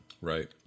Right